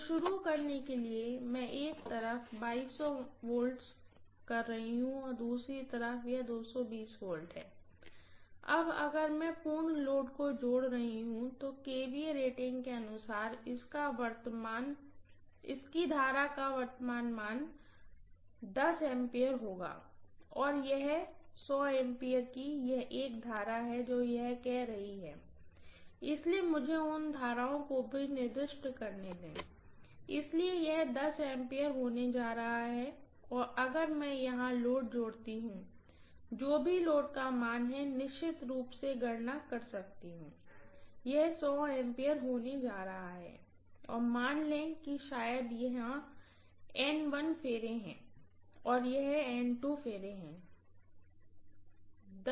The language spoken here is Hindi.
तो शुरू करने के लिए मैं एक तरफ 2200 V कर रही हूँ और दूसरी तरफ यह 220 V है अब अगर मैं पूर्ण लोड को जोड़ रही हूँ तो kVA रेटिंग के अनुसार इसकी करंट 10 A होगा और यह होगा 100 A की एक करंट जो यह कह रही है इसलिए मुझे उन धाराओं को भी निर्दिष्ट करने दें इसलिए यह 10 A होने जा रहा है और अगर मैं यहां लोड जोड़ती हूँ जो भी लोड का मान है और मैं निश्चित रूप से गणना कर सकती हूँ यह 100 A होने जा रहा है और मान लें कि शायद यह टर्न है और यह टर्न है